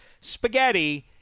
Spaghetti